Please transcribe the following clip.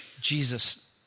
Jesus